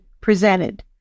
presented